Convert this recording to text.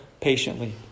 patiently